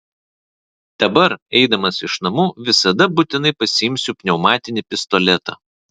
dabar eidamas iš namų visada būtinai pasiimsiu pneumatinį pistoletą